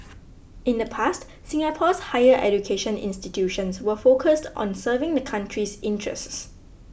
in the past Singapore's higher education institutions were focused on serving the country's interests